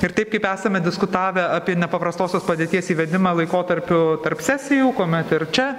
ir taip kaip esame diskutavę apie nepaprastosios padėties įvedimą laikotarpiu tarp sesijų kuomet ir čia